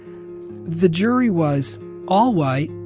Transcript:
the jury was all white,